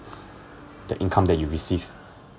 the income that you receive